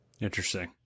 Interesting